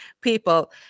people